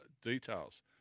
details